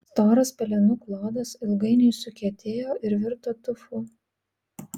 storas pelenų klodas ilgainiui sukietėjo ir virto tufu